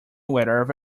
wherever